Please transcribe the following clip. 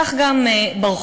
כך גם ברחוב,